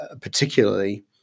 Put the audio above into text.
particularly